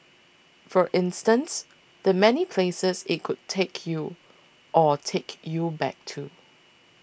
for instance the many places it could take you or take you back to